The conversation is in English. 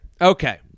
okay